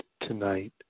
tonight